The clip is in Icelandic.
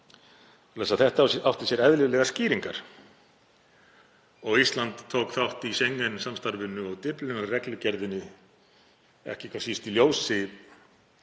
Það átti sér eðlilegar skýringar. Ísland tók þátt í Schengen-samstarfinu og Dyflinnar-reglugerðinni ekki hvað síst í ljósi